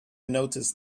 noticed